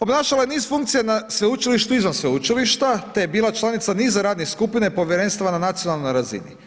Obnašala je niz funkcija na sveučilištu izvan sveučilišta te je bila članica niza radne skupine, povjerenstava na nacionalnoj razini.